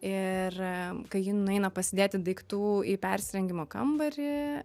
ir kai ji nueina pasidėti daiktų į persirengimo kambarį